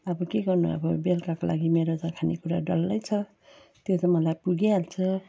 अब के गर्नु अब बेलुकाको लागि मेरो त खाने कुरा डल्लै छ त्यो त मलाई पुगिहाल्छ